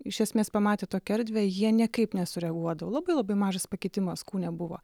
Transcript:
iš esmės pamatę tokią erdvę jie niekaip nesureaguodavo labai labai mažas pakitimas kūne buvo